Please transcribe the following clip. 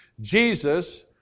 Jesus